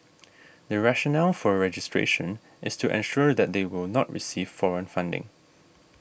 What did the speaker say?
the rationale for registration is to ensure that they will not receive foreign funding